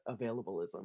availableism